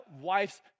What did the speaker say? wife's